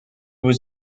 was